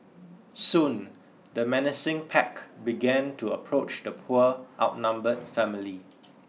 soon the menacing pack began to approach the poor outnumbered family